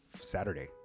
Saturday